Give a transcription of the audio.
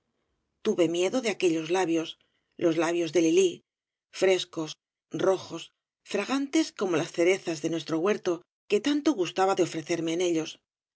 tuve miedo de aquellos labios los labios de lili frescos rojos fragantes como las cerezas de nuestro huerto que tanto gustaba de ofrecerme en ellos